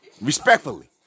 Respectfully